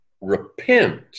repent